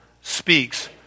speaks